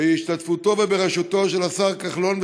בהשתתפותו ובראשותו של השר כחלון,